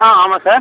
ஆ ஆமாம் சார்